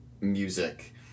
music